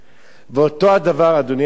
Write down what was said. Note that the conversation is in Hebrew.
ואותו דבר, אדוני היושב-ראש,